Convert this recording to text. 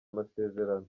amasezerano